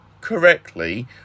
correctly